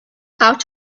out